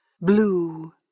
blue